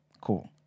Cool